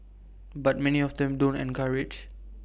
but many of them don't encourage